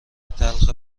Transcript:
تلخ